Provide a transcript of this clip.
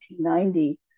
1990